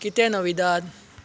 कितें नविदाद